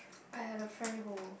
I have a friend who